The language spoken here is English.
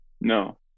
No